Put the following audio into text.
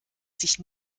sich